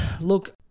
Look